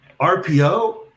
RPO